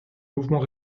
mouvement